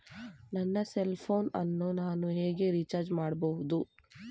ನನ್ನ cell phone ಅನ್ನು ನಾನು ಹೇಗೆ ರಿಚಾರ್ಜ್ ಮಾಡಬಹುದು?